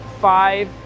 five